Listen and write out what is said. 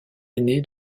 aîné